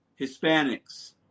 Hispanics